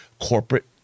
corporate